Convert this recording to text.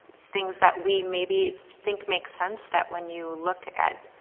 things that we maybe think make sense that when you look at,